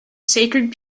sacred